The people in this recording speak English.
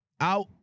out